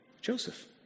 Joseph